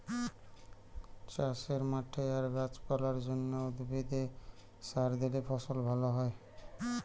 চাষের মাঠে আর গাছ পালার জন্যে, উদ্ভিদে সার দিলে ফসল ভ্যালা হয়